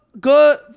good